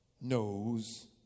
knows